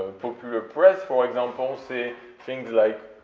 popular press, for example, say things like,